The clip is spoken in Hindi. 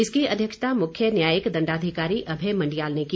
इसकी अध्यक्षता मुख्य न्याययिक दंडाधिकारी अभय मंडियाल ने की